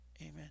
amen